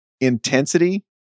intensity